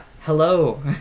hello